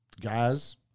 Guys